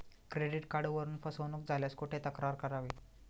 Credit कार्डवरून फसवणूक झाल्यास कुठे तक्रार करावी?